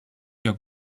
your